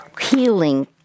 healing